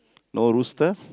no rooster